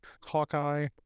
Hawkeye